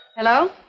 Hello